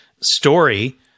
story